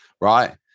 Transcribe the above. right